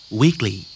weekly